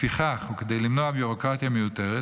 לפיכך, וכדי למנוע ביורוקרטיה מיותרת,